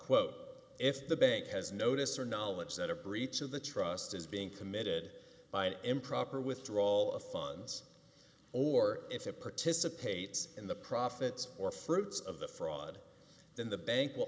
quote if the bank has notice or knowledge that a breach of the trust is being committed by an improper withdrawal of funds or if it participates in the profits or fruits of the fraud then the ban